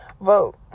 vote